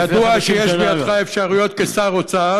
ידוע שיש בידך אפשרויות, כשר אוצר